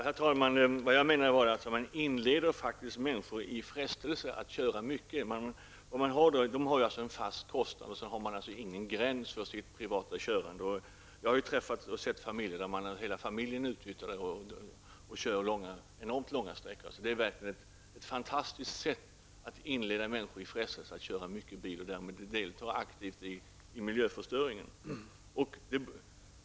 Herr talman! Vad jag menade var alltså att man faktiskt inleder människor i frestelse att köra mycket. Man har en fast kostnad, och sedan finns det ingen gräns för privat körande. Jag har träffat familjer där hela familjen uttnyttjar bilen och kör enormt långa sträckor. Det är verkligen ett fantastiskt sätt att inleda människor i frestelse att köra mycket och därmed aktivt delta i miljöförstöringen.